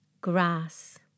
Grass